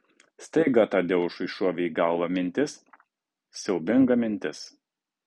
staiga tadeušui šovė į galvą mintis siaubinga mintis